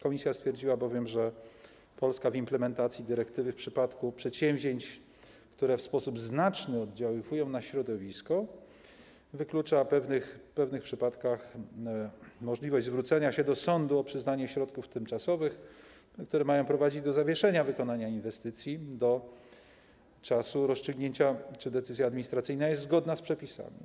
Komisja stwierdziła, że Polska w implementacji dyrektywy w przypadku przedsięwzięć, które w znaczny sposób oddziałują na środowisko, wyklucza w pewnych przypadkach możliwość zwrócenia się do sądu o przyznanie środków tymczasowych, które mają prowadzić do zawieszenia wykonania inwestycji do czasu rozstrzygnięcia, czy decyzja administracyjna jest zgodna z przepisami.